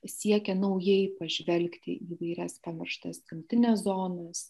siekia naujai pažvelgti į įvairias pamirštas gamtines zonas